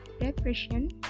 depression